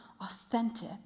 authentic